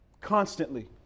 constantly